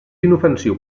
inofensiu